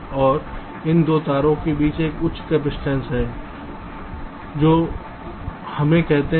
तो इन 2 तारों के बीच एक उच्च कपसिटंस है जो हमें कहते हैं